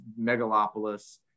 megalopolis